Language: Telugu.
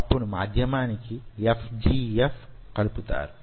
అప్పుడు మాధ్యమానికి FGF కలుపుతారు